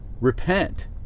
repent